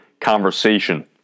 conversation